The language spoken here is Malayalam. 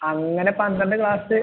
അങ്ങനെ പന്ത്രണ്ട് ക്ലാസ്സ്